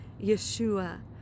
Yeshua